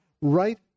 right